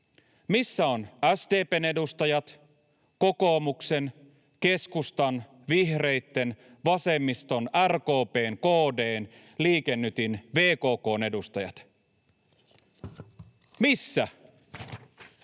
Missä ovat SDP:n edustajat, kokoomuksen, keskustan, vihreitten, vasemmiston, RKP:n, KD:n, Liike Nytin, VKK:n edustajat — missä?